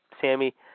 Sammy